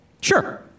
Sure